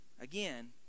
Again